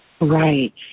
Right